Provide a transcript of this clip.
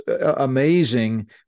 amazing